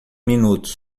minutos